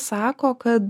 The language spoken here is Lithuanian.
sako kad